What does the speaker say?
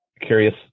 curious